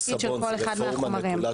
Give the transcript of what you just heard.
והתפקיד של כל אחד מהחומרים,